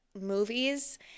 movies